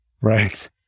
Right